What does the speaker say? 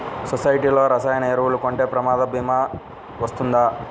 సొసైటీలో రసాయన ఎరువులు కొంటే ప్రమాద భీమా వస్తుందా?